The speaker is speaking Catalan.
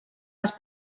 les